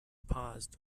paused